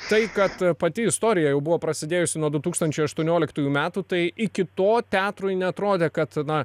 tai kad pati istorija jau buvo prasidėjusi nuo du tūkstančiai aštuonioliktųjų metų tai iki to teatrui neatrodė kad na